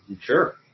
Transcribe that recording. Sure